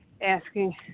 asking